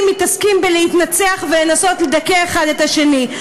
מתעסקים בלהתנצח ולנסות לדכא אחד את השני.